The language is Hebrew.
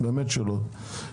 באמת שלא.